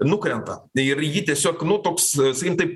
nukrenta ir ji tiesiog nu toks sakykim taip